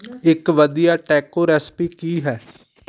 ਇੱਕ ਵਧੀਆ taco recipe ਕੀ ਹੈ